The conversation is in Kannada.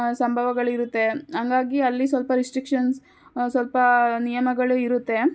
ಸಂಭವಗಳಿರುತ್ತೆ ಹಂಗಾಗಿ ಅಲ್ಲಿ ಸ್ವಲ್ಪ ರಿಸ್ಟ್ರಿಕ್ಷನ್ಸ್ ಸ್ವಲ್ಪ ನಿಯಮಗಳು ಇರುತ್ತೆ